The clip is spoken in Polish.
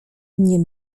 nie